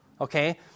Okay